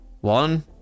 One